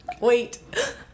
wait